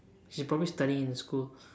she probably studying in school